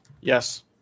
yes